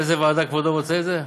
באיזו ועדה כבודו רוצה את זה?